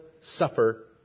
suffer